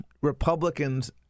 Republicans